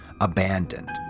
abandoned